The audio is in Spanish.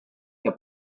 que